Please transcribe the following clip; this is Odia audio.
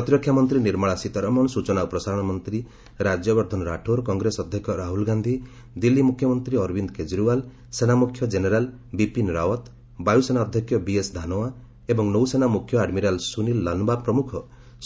ପ୍ରତିରକ୍ଷାମନ୍ତ୍ରୀ ନିର୍ମଳା ସୀତାରମଣ ସୂଚନା ଓ ପ୍ରସାରଣ ମନ୍ତ୍ରୀ ରାଜ୍ୟବର୍ଦ୍ଧନ ରାଠୋର କଂଗ୍ରେସ ଅଧ୍ୟକ୍ଷ ରାହୁଲ ଗାନ୍ଧି ଦିଲ୍ଲୀ ମୁଖ୍ୟମନ୍ତ୍ରୀ ଅରବିନ୍ଦ କେଜରିୱାଲ ସେନାମୁଖ୍ୟ ଜେନେରାଲ୍ ବିପିନ ରାଓ୍ୱତ ବାୟୁସେନା ଅଧ୍ୟକ୍ଷ ବିଏସ୍ ଧାନୋଆ ଏବଂ ନୌସେନା ମୁଖ୍ୟ ଆଡ୍ମିରାଲ୍ ସୁନୀଲ ଲାନ୍ବା ପ୍ରମୁଖ